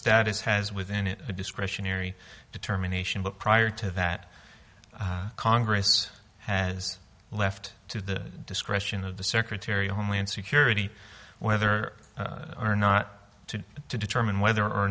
status has within it a discretionary determination of prior to that congress has left to the discretion of the secretary of homeland security whether or not to to determine whether or